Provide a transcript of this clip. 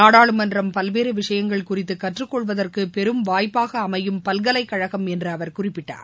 நாடாளுமன்றம் பல்வேறு விஷயங்கள் குறித்து கற்றுக்கொள்வதற்கு பெரும் வாய்ப்பாக அமையும் பல்கலைக்கழகம் என்று அவர் குறிப்பிட்டார்